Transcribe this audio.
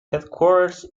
headquarters